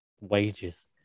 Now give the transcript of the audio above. Wages